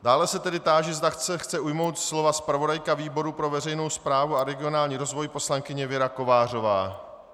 Dále se tedy táži, zda se chce ujmout slova zpravodajka výboru pro veřejnou správu a regionální rozvoj poslankyně Věra Kovářová.